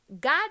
God